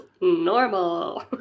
Normal